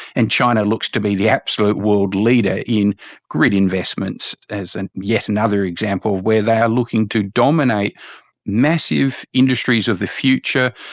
and china looks to be the absolute world leader in grid investments as and yet another example where they are looking to dominate massive industries of the future,